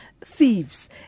Thieves